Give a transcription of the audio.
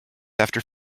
after